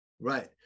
Right